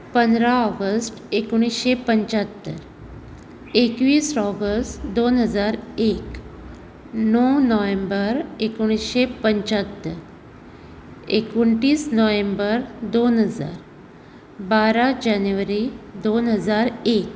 पंदरा ऑगस्ट एकुणीशे पंचात्तर एकवीस ऑगस्ट दोन हजार एक णव नोव्हेंबर एकुणशे पंचात्तर एकुणतीस नोव्हेंबर दोन हजार बारा जानेवारी दोन हजार एक